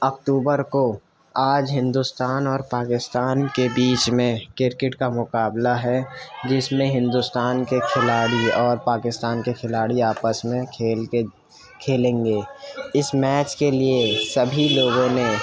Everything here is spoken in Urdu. اکتوبر کو آج ہندوستان اور پاکستان کے بیچ میں کرکٹ کا مقابلہ ہے جس میں ہندوستان کے کھلاڑی اور پاکستان کے کھلاڑی آپس میں کھیل کے کھیلیں گے اِس میچ کے لیے سبھی لوگوں نے